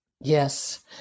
Yes